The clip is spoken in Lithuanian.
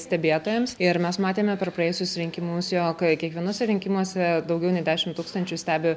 stebėtojams ir mes matėme per praėjusius rinkimus jog kiekvienuose rinkimuose daugiau nei dešim tūkstančių stebi